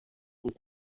and